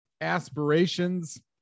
Aspirations